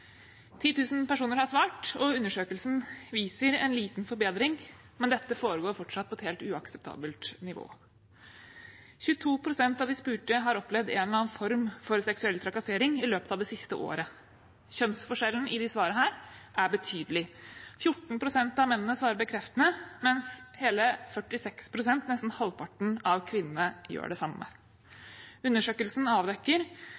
personer har svart, og undersøkelsen viser en liten forbedring, men dette foregår fortsatt på et helt uakseptabelt nivå. 22 pst. av de spurte har opplevd en eller annen form for seksuell trakassering i løpet av det siste året. Kjønnsforskjellen i svaret er betydelig – 14 pst. av mennene svarer bekreftende, mens hele 46 pst., nesten halvparten av kvinnene, gjør det samme. Undersøkelsen avdekker